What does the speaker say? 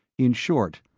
in short,